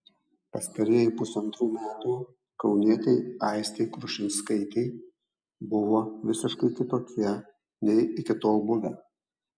pastarieji pusantrų metų kaunietei aistei krušinskaitei buvo visiškai kitokie nei iki tol buvę